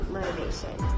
Motivation